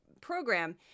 program